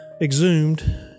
exhumed